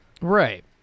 Right